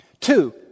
Two